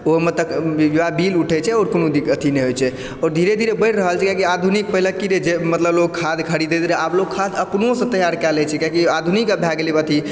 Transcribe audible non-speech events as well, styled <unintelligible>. ओहोमे <unintelligible> बिल उठै छै आओर कोनो अथि नहि होइ छै आओर धीरे धीरे बढ़ि रहल छै किएकि आधुनिक पहिले कि रहै जे मतलब लोग खाद खरीदैत रहै आब लोग खाद अपनो सँ तैयार कए लै छै किएकि आधुनिक भए गेलै अथि